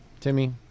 Timmy